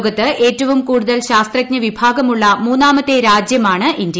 ലോകത്ത് ഏറ്റവും കൂടുതൽ ശാസ്ത്രജ്ഞ വിഭാഗമുള്ള മൂന്നാമത്തെ രാജ്യമാണ് ഇന്ത്യ